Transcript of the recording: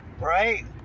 Right